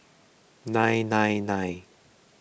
nine nine nine